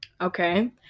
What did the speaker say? Okay